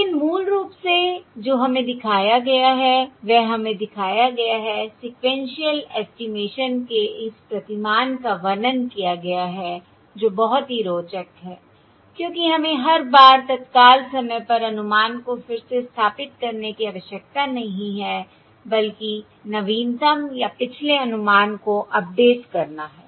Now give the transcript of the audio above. लेकिन मूल रूप से जो हमें दिखाया गया है वह हमें दिखाया गया है सीक्वेन्शिअल एस्टिमेशन के इस प्रतिमान का वर्णन किया गया है जो बहुत ही रोचक है क्योंकि हमें हर बार तत्काल समय पर अनुमान को फिर से स्थापित करने की आवश्यकता नहीं है बल्कि नवीनतम या पिछले अनुमान को अपडेट करना है